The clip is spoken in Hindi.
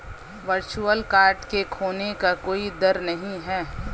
वर्चुअल कार्ड के खोने का कोई दर नहीं है